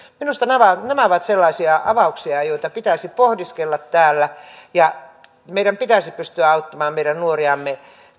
minusta nämä nämä ovat sellaisia avauksia joita pitäisi pohdiskella täällä ja meidän pitäisi pystyä auttamaan meidän nuoriamme